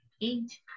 eight